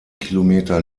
kilometer